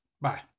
Bye